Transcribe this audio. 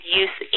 use